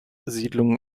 siedlungen